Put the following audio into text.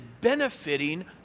benefiting